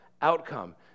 outcome